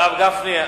הרב גפני,